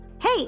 Hey